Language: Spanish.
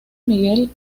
miguel